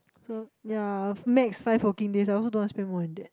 so yea makes five working days oh I also don't want spend more than that